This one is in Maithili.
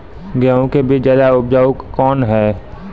गेहूँ के बीज ज्यादा उपजाऊ कौन है?